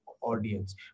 audience